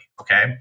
Okay